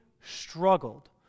struggled